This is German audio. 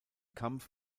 kampf